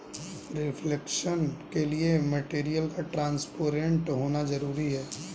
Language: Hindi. रिफ्लेक्शन के लिए मटेरियल का ट्रांसपेरेंट होना जरूरी है